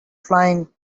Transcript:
flying